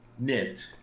Knit